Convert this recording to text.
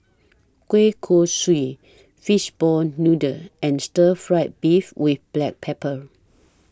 Kuih Kochi Fishball Noodle and Stir Fried Beef with Black Pepper